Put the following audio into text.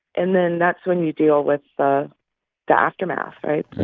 and then that's when you deal with the the aftermath, right?